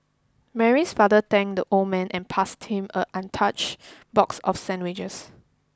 Mary's father thanked the old man and passed him an untouched box of sandwiches